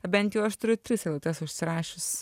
bent jau aš turiu tris eilutes užsirašius